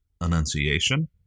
annunciation